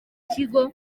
kigo